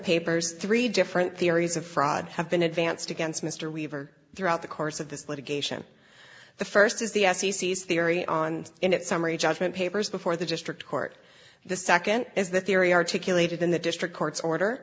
papers three different theories of fraud have been advanced against mr weaver throughout the course of this litigation the first is the theory on in that summary judgment papers before the district court the second is the theory articulated in the district court's order